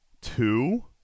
Two